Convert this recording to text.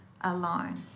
alone